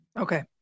Okay